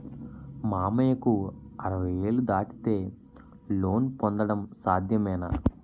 మామయ్యకు అరవై ఏళ్లు దాటితే లోన్ పొందడం సాధ్యమేనా?